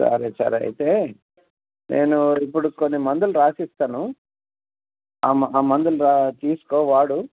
సరే సరే అయితే నేను ఇప్పుడు కొన్ని మందులు రాసిస్తాను ఆ మ ఆ మందులు రా తీసుకో వాడు